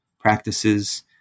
practices